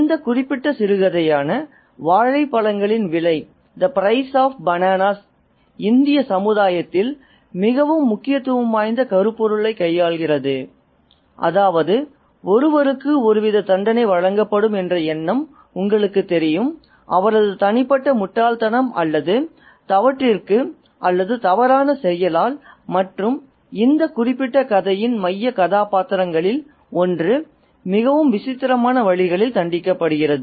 இந்த குறிப்பிட்ட சிறுகதையான "வாழைப்பழங்களின் விலை" இந்திய சமுதாயத்தில் மிகவும் முக்கியத்துவம் வாய்ந்த கருப்பொருளைக் கையாள்கிறது அதாவது ஒருவருக்கு ஒருவித தண்டனை வழங்கப்படும் என்ற எண்ணம் உங்களுக்குத் தெரியும் அவரது தனிப்பட்ட முட்டாள்தனம் அல்லது தவறிற்கு அல்லது தவறான செயலால் மற்றும் இந்த குறிப்பிட்ட கதையின் மைய கதாபாத்திரங்களில் ஒன்று மிகவும் விசித்திரமான வழிகளில் தண்டிக்கப்படுகிறது